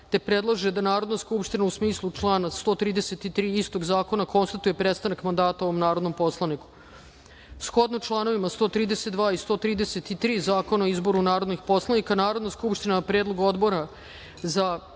te predlaže da Narodna skupština u smislu člana 133. istog Zakona konstatuje prestanak mandata ovom narodnom poslaniku. Shodno članovima 132. i 133. Zakona o izboru narodnih poslanika Narodna skupština na predlog Odbora za